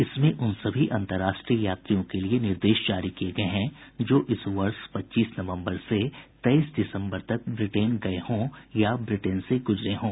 इसमें उन सभी अतर्राष्ट्रीय यात्रियों के लिए निर्देश जारी किए गए हैं जो इस वर्ष पच्चीस नवम्बर से तेईस दिसम्बर तक ब्रिटेन गये हों या ब्रिटेन से गुजरे हों